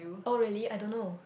oh really I don't know